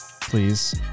Please